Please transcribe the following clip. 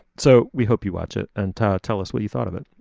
so we hope you watch it and tell tell us what you thought of it.